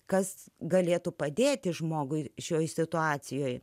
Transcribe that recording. kas galėtų padėti žmogui šioje situacijoje